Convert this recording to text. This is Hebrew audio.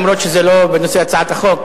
למרות שזה לא בנושא הצעת החוק.